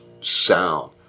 sound